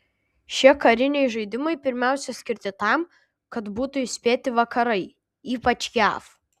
šie kariniai žaidimai pirmiausia skirti tam kad būtų įspėti vakarai ypač jav